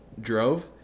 drove